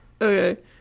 Okay